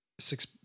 six